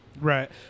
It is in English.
Right